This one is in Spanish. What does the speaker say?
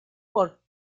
por